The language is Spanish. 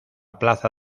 plaza